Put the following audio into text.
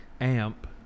amp